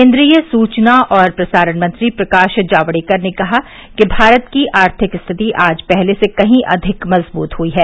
केन्द्रीय सूचना और प्रसारण मंत्री प्रकाश जावडेकर ने कहा कि भारत की आर्थिक स्थिति कल पहले से कही अधिक मजबूत हुई है